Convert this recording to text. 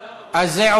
הכספים?